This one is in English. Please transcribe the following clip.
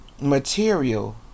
material